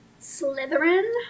Slytherin